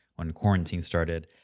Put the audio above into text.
when quarantine started,